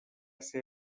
ser